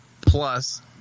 plus